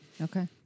okay